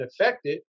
affected